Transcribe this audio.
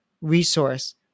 resource